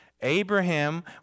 Abraham